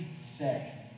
say